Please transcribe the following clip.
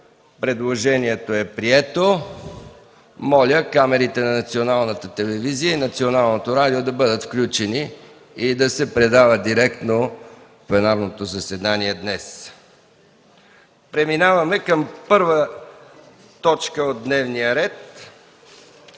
Предложението е прието. Моля, камерите на Националната телевизия и Националното радио да бъдат включени и да се предава директно пленарното заседание днес. Преминаваме към първа точка от дневния ред: